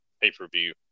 pay-per-view